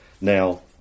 Now